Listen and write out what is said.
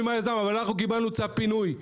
אבל קיבלנו צו פינוי.